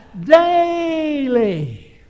daily